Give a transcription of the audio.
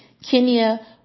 kenya